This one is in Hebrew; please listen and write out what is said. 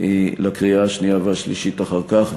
לקריאה השנייה והשלישית אחר כך,